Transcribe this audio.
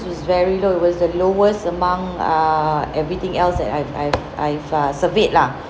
it was very low it was the lowest among err everything else that I've I've I've uh surveyed lah